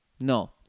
No